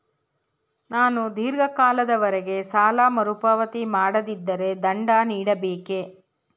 ನಾನು ಧೀರ್ಘ ಕಾಲದವರೆ ಸಾಲ ಮರುಪಾವತಿ ಮಾಡದಿದ್ದರೆ ದಂಡ ನೀಡಬೇಕೇ?